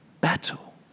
battle